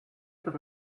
par